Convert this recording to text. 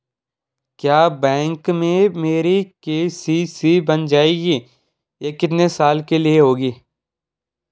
क्या बैंक में मेरी के.सी.सी बन जाएगी ये कितने साल के लिए होगी?